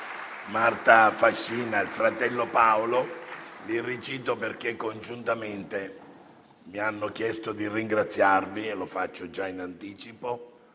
Marta Fascina e il fratello Paolo. Li cito di nuovo perché congiuntamente mi hanno chiesto di ringraziarvi - lo faccio già ora, in anticipo